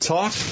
Talk